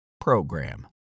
program